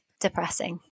depressing